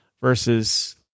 versus